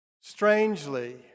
strangely